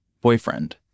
boyfriend